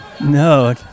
No